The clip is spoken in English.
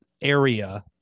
area